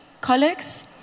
colleagues